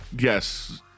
Yes